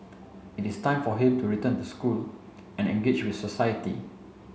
it is time for him to return to school and engage with society